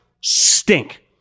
stink